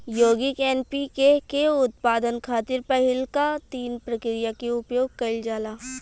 यौगिक एन.पी.के के उत्पादन खातिर पहिलका तीन प्रक्रिया के उपयोग कईल जाला